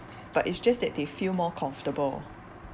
but it's just that they feel more comfortable